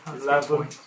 Eleven